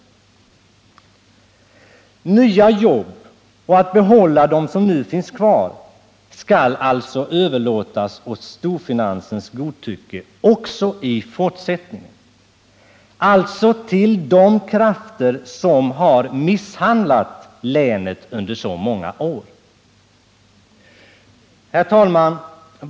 Uppgiften att skapa nya jobb och att behålla de som nu finns kvar skall alltså överlåtas åt storfinansens godtycke också i fortsättningen, dvs. till de krafter som har misshandlat länet under så många år. Herr talman!